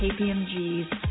KPMG's